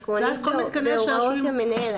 זה עקרונית בהוראות המנהל.